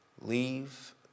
leave